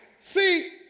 See